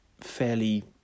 fairly